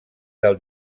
del